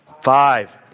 Five